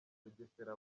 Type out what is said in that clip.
bugesera